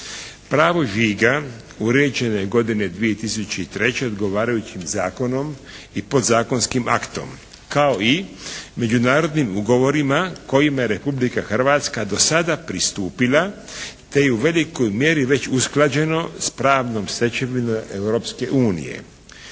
Pravo žiga uređeno je godine 2003. odgovarajućim zakonom i podzakonskim aktom, kao i međunarodnim ugovorima kojima je Republika Hrvatska dosada pristupila te je u velikoj mjeri već usklađeno s pravnom stečevinom